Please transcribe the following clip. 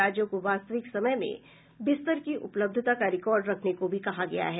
राज्यों को वास्तविक समय में बिस्तर की उपलब्धता का रिकॉर्ड रखने को भी कहा है